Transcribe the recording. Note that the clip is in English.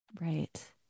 Right